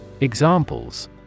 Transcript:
Examples